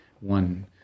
one